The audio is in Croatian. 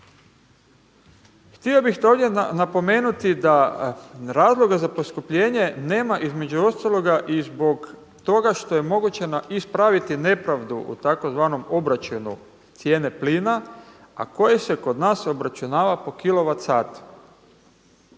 Htio bih to ovdje napomenuti da razloga za poskupljenje nema između ostaloga i zbog toga što je moguće ispraviti nepravdu u tzv. obračunu cijene plina a koje se kod nas obračunava po kilovatsatu.